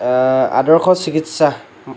আদৰ্শ চিকিৎসা